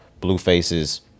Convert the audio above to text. Blueface's